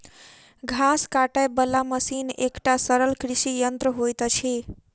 घास काटय बला मशीन एकटा सरल कृषि यंत्र होइत अछि